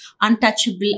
untouchable